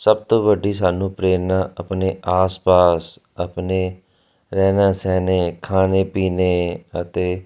ਸਭ ਤੋਂ ਵੱਡੀ ਸਾਨੂੰ ਪ੍ਰੇਰਨਾ ਆਪਣੇ ਆਸ ਪਾਸ ਆਪਣਾ ਰਹਿਣਾ ਸਹਿਣਾ ਖਾਣਾ ਪੀਣਾ ਅਤੇ